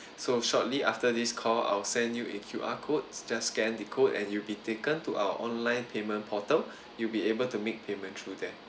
so shortly after this call I'll send you a Q_R codes just scan the code and you'll be taken to our online payment portal you'll be able to make payment through there